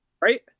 Right